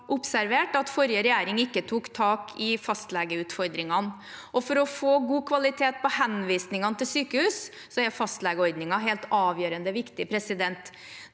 og observert at forrige regjering ikke tok tak i fastlegeutfordringene. For å få god kvalitet på henvisningene til sykehus, er fastlegeordningen helt avgjørende viktig. Den